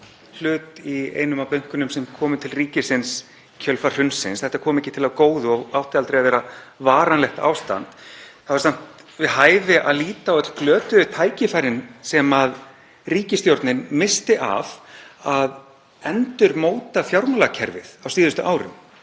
hlut í einum af bönkunum sem komu til ríkisins í kjölfar hrunsins — þetta kom ekki til af góðu og átti aldrei að vera varanlegt ástand — þá er samt við hæfi að líta á öll glötuðu tækifærin sem ríkisstjórnin missti af til að endurmóta fjármálakerfið á síðustu árum